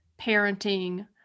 parenting